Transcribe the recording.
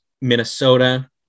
Minnesota